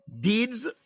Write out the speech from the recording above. deeds